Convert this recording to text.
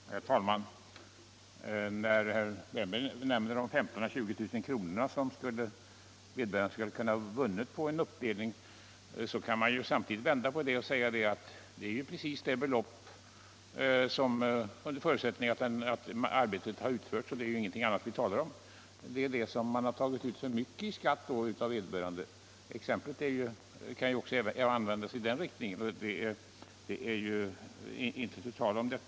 Herr talman! Det som herr Wärnberg sade om de 15 000-20 000 kr. vederbörande skulle kunna vinna kan man också vända på och säga, att under förutsättning att arbetet verkligen har utförts — och vi talar ju här inte om något annat — är det precis vad som tagits ut för mycket i skatt. Exemplet kan, menar jag, användas även i den riktningen. Det är inte tu tal om det.